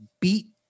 beat